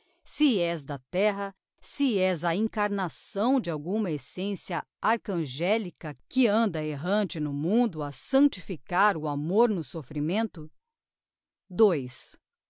se és da terra se és a incarnação de alguma essencia archangelica que anda errante no mundo a sanctificar o amor no soffrimento